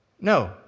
No